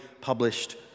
published